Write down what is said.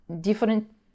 different